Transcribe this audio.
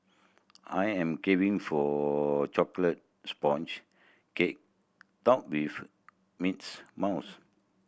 I am caving for a chocolate sponge cake topped with mints mouse